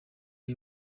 y’i